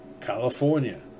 California